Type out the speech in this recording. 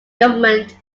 involved